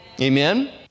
Amen